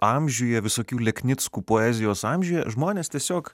amžiuje visokių leknickų poezijos amžiuje žmonės tiesiog